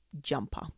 jumper